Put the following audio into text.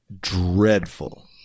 dreadful